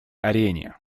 арене